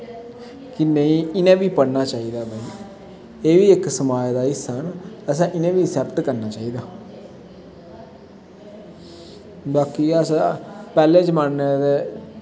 कि नेईं इ'नें बी पढ़ना चाहिदा एह् बी इक समाज दा हिस्सा न असें इ'नें बी अक्सैप्ट करना चाहिदा बाकी अस पैह्ले जमाने दे